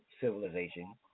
civilization